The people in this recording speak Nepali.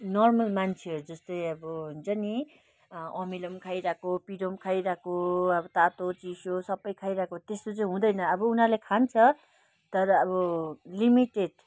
नर्मल मान्छेहरू जस्तै अब हुन्छ नि अमिलो खाइरहेको पिरो खाइरहेको अब तातो चिसो सबै खाइरहेको त्यस्तो चाहिँ हुँदैन अब उनीहरूले खान्छ तर अब लिमिटेड